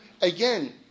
again